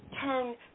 turn